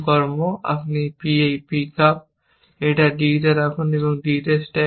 তারপর আপনি b pick up এটা রাখুন d এর উপর স্ট্যাক করুন